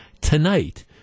tonight